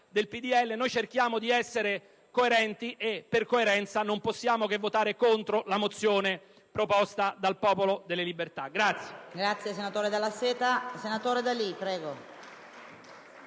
del PdL. Noi cerchiamo di essere coerenti, e per coerenza non possiamo che votare contro la mozione proposta dal Popolo della Libertà.